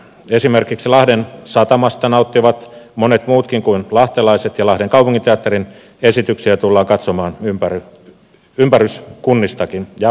esimerkiksi lahden satamasta nauttivat monet muutkin kuin lahtelaiset ja lahden kaupunginteatterin esityksiä tullaan katsomaan ympäryskunnistakin ja kauempaakin